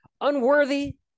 Unworthy